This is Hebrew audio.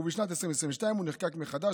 ובשנת 2022 הוא נחקק מחדש,